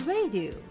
Radio